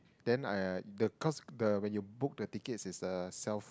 then I the cause the when you book the ticket is a self